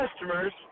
customers